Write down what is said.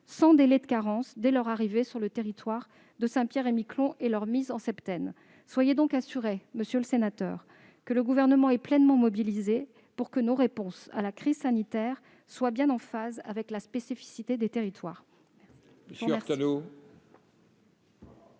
sans délai de carence, dès leur arrivée sur le territoire de Saint-Pierre-et-Miquelon et leur mise en septaine. Soyez donc assuré, monsieur le sénateur, que le Gouvernement est pleinement mobilisé pour que nos réponses à la crise sanitaire soient bien en phase avec la spécificité des territoires.